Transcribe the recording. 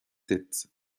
têtes